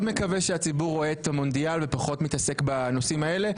מקווה שהציבור רואה את המונדיאל ופחות מתעסק בנושאים האלה,